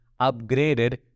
upgraded